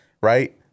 right